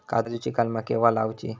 काजुची कलमा केव्हा लावची?